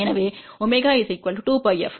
எனவே ω 2πf சரி